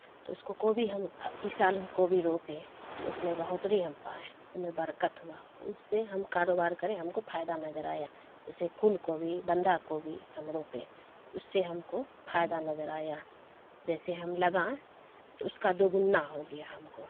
تو اس کو کوبی ہم اس سال ہم کوبی روپے تو اس میں بہوتری ہم پائیں ان میں برکت ہوا اس سے ہم کاروبار کریں ہم کو فائدہ نظر آیا جیسے پھول کوبھی بندھا کوبھی ہم روپیں اس سے ہم کو فائدہ نظر آیا جیسے ہم لگائیں تو اس کا دوگننا ہو گیا ہم کو